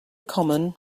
common